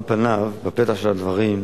על פניו, בפתח הדברים,